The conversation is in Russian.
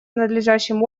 надлежащим